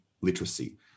literacy